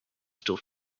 still